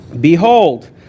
Behold